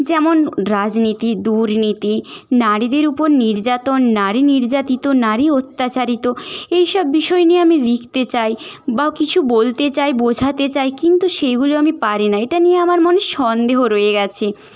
যেমন রাজনীতি দুর্নীতি নারীদের উপর নির্যাতন নারী নির্যাতিত নারী অত্যাচারিত এইসব বিষয় নিয়ে আমি লিখতে চাই বা কিছু বলতে চাই বোঝাতে চাই কিন্তু সেগুলো আমি পারি না এটা নিয়ে আমার মনে সন্দেহ রয়ে গেছে